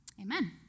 Amen